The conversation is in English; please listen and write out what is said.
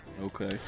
Okay